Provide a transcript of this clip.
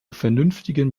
vernünftigen